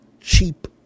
cheap